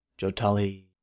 Jotali